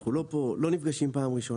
אנחנו לא נפגשים פה בפעם הראשונה.